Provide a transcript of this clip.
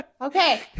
Okay